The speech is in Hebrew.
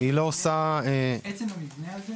היא לא עושה --- עצם המבנה הזה